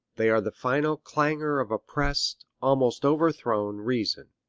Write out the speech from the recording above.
they are the final clangor of oppressed, almost overthrown, reason.